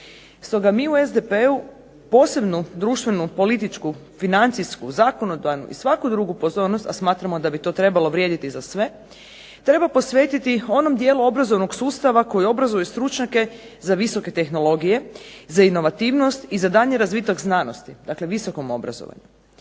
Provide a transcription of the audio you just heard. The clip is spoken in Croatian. Stoga mi u SDP-u posebnu društvenu, političku, financijsku, zakonodavnu i svaku drugu pozornost, a smatramo da bi to trebalo vrijediti za sve, treba posvetiti onom dijelu obrazovnog sustava koji obrazuje stručnjake za visoke tehnologije, za inovativnost i za daljnji razvitak znanosti, dakle visokom obrazovanju.